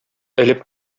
элеп